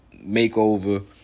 makeover